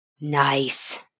Nice